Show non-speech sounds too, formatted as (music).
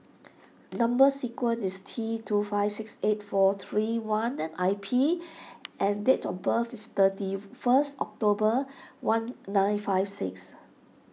Number Sequence is T two five six eight four three one I P and date of birth is thirty (noise) first October one nine five six